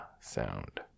sound